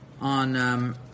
on